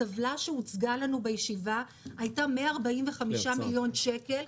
הטבלה שהוצגה לנו בישיבה הייתה 145 מיליון שקל.